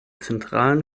zentralen